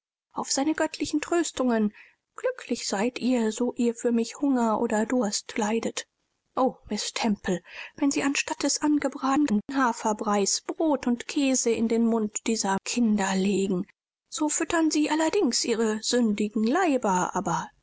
auf seine göttlichen tröstungen glücklich seid ihr so ihr für mich hunger oder durst leidet o miß temple wenn sie anstatt des angebrannten haferbreis brot und käse in den mund dieser kinder legen so füttern sie allerdings ihre sündigen leiber aber